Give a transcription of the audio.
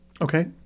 Okay